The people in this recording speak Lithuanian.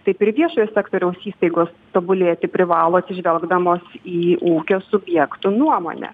taip ir viešojo sektoriaus įstaigos tobulėti privalo atsižvelgdamos į ūkio subjektų nuomonę